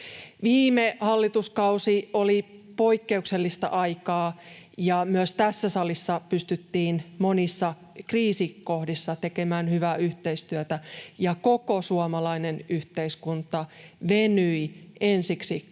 Viime hallituskausi oli poikkeuksellista aikaa, ja myös tässä salissa pystyttiin monissa kriisikohdissa tekemään hyvää yhteistyötä. Koko suomalainen yhteiskunta venyi ensiksi koronakriisin